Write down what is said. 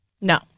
No